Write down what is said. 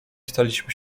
staliśmy